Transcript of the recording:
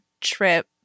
trip